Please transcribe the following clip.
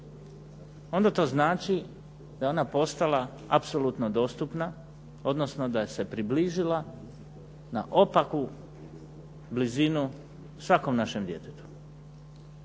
onda to znači da je ona postala apsolutno dostupna, odnosno da se približila na opaku blizinu svakom našem djetetu.